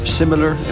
similar